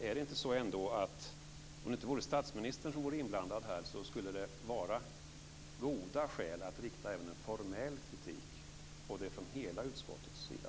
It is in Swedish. Är det ändå inte så att om det inte vore statsministern som var inblandad här skulle det finnas goda möjligheter att rikta även en formell kritik - och det från hela utskottets sida?